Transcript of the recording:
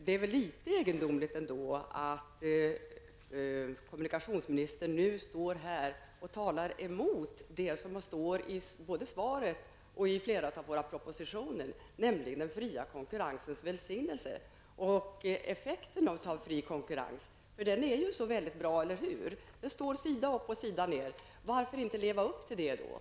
Det är litet egendomligt ändå att kommunikationsministern nu talar emot det som står i både svaret och flera av propositionerna, nämligen den fria konkurrensens välsignelse och effekten av den fria konkurrensen. Den är ju så bra, eller hur? Det står så sida upp och sida ned. Varför inte leva upp till det?